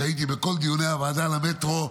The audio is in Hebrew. שהיה בכל דיוני הוועדה על המטרו,